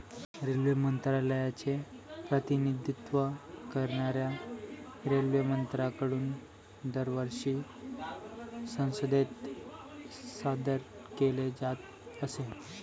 railway मंत्रालयाचे प्रतिनिधित्व करणाऱ्या रेल्वेमंत्र्यांकडून दरवर्षी संसदेत सादर केले जात असे